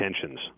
tensions